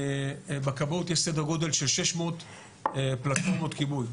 בכבאות יש סדר גודל של 600 פלטפורמות כיבוי,